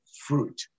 fruit